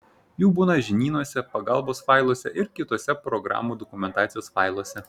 jų būna žinynuose pagalbos failuose ir kituose programų dokumentacijos failuose